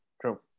True